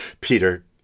Peter